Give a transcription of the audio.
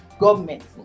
government